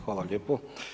Hvala lijepo.